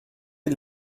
est